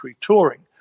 touring